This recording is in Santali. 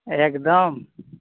ᱮᱠᱫᱚᱢ